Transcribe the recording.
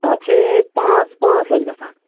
تَتھ چھےٚ پانٛژھ پانٛژھ لَچھ گَژھان